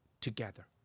together